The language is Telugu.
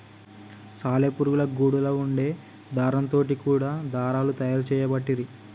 సాలె పురుగుల గూడులా వుండే దారం తోటి కూడా దారాలు తయారు చేయబట్టిరి